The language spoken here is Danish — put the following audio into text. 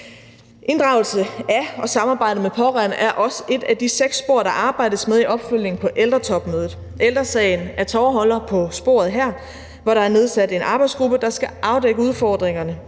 Inddragelse af og samarbejde med pårørende er også et af de seks spor, der arbejdes med i opfølgningen på ældretopmødet. Ældre Sagen er tovholder på sporet her, og der er nedsat en arbejdsgruppe, der skal afdække udfordringerne